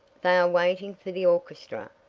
they are waiting for the orchestra,